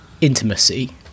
intimacy